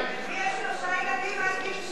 למי יש ארבעה ילדים עד גיל שלוש?